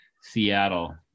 Seattle